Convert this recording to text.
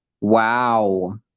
Wow